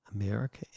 America